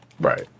right